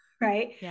Right